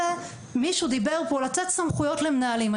מישהו דיבר פה על הורדת סמכויות למנהלים.